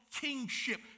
kingship